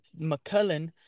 mccullen